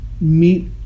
meet